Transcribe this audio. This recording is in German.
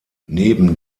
neben